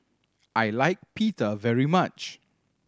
I like Pita very much